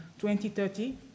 2030